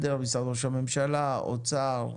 משרד ראש הממשלה, האוצר,